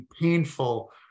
painful